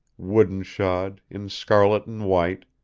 wooden-shod, in scarlet and white,